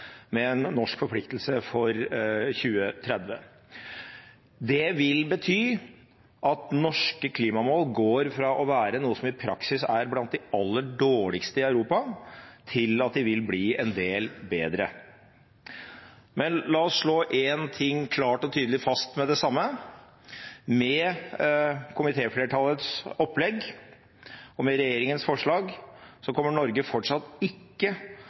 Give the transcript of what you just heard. med en norsk forpliktelse for 2030. Det vil bety at norske klimamål går fra å være noe som i praksis er blant de aller dårligste i Europa til at de vil bli en del bedre. La oss slå én ting klart og tydelig fast med det samme: Med komitéflertallets opplegg og med regjeringens forslag kommer Norge fortsatt ikke